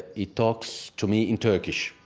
he talks to me in turkish